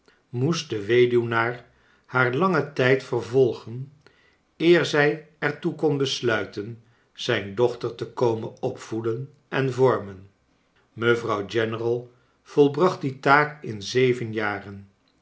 moest de weduwnaar haar langen tijd vervolgen eer zij er toe kon besluiten zijn hochter te komen opvoeden en vormen mevrouw general volbracht die taak in zeven jaren